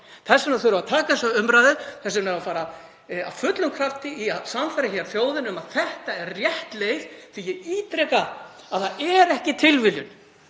Þess vegna þurfum við að taka þessa umræðu. Þess vegna eigum að fara af fullum krafti í að sannfæra þjóðina um að þetta sé rétt leið. Ég ítreka að það er ekki tilviljun